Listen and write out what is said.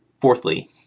Fourthly